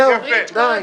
די.